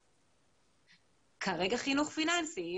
כרגע חינוך פיננסי.